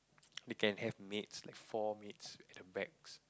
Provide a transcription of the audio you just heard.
you can have maids like four maids at the max